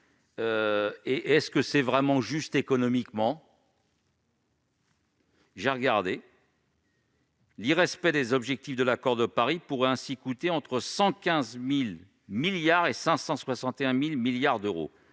Serait-ce même juste économiquement ? J'ai regardé : le non-respect des objectifs de l'accord de Paris pourrait coûter entre 115 000 milliards et 561 000 milliards d'euros,